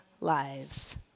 lives